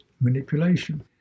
manipulation